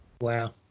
Wow